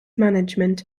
management